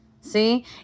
See